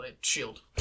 shield